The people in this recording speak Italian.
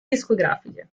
discografiche